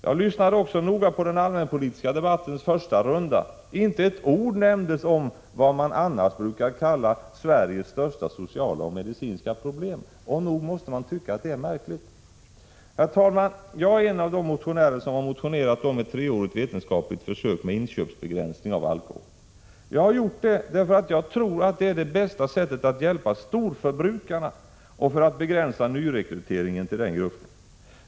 Jag lyssnade noga på den allmänpolitiska debattens om vad man annars brukar kalla ”Sveriges största sociala och medicinska problem”. Man måste säga att det är märkligt. Herr talman! Jag är en av de motionärer som har motionerat om ett treårigt vetenskapligt försök med inköpsbegränsning av alkohol. Jag har gjort det därför att jag tror att det är det bästa sättet att hjälpa storförbrukarna och att begränsa ”nyrekryteringen” till den gruppen.